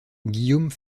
guillaume